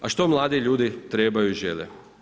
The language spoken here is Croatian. A što mladi ljudi trebaju i žele?